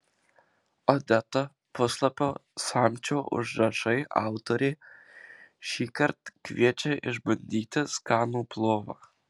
odeta puslapio samčio užrašai autorė šįkart kviečia išbandyti skanų plovą